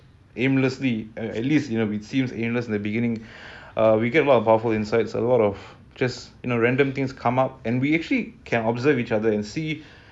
aimlessly or at least you know it seems in the beginning we get a lot of powerful insights a lot of just as random things come up and we actually can observe each other and see oh